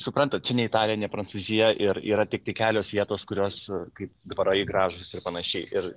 suprantat čia ne italija ne prancūzija ir yra tiktai kelios vietos kurios kaip dvarai gražūs ir panašiai ir